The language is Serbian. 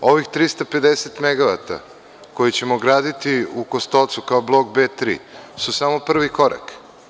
Ovih 350 megavata koje ćemo graditi u „Kostolcu“ kao blok B3 su samo prvi korak.